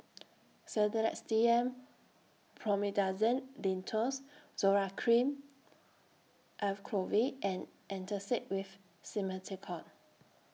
Sedilix D M Promethazine Linctus Zoral Cream Acyclovir and Antacid with Simethicone